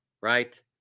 right